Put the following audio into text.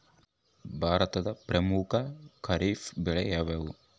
ಭಾರತದ ಪ್ರಮುಖ ಖಾರೇಫ್ ಬೆಳೆ ಯಾವುದು?